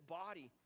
body